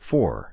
Four